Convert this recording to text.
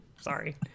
Sorry